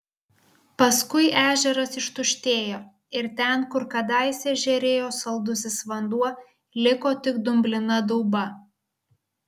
paskui ežeras ištuštėjo ir ten kur kadaise žėrėjo saldusis vanduo liko tik dumblina dauba